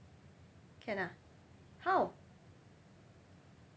can ah how